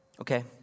Okay